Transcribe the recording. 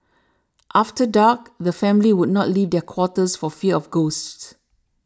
after dark the families would not leave their quarters for fear of ghosts